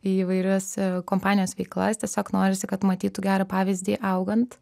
į įvairius kompanijos veiklas tiesiog norisi kad matytų gerą pavyzdį augant